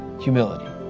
humility